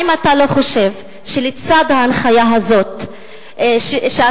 האם אתה לא חושב שלצד ההנחיה הזאת שאתה